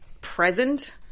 present